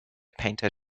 painter